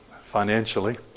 financially